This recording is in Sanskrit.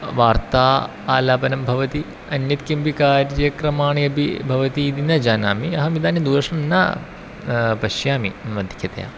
वार्ता आलापनं भवति अन्यत् किमपि कार्यक्रमाणि अपि भवति इति न जानामि अहम् इदानीं दूरदर्शनं न पश्यामि अधिकतया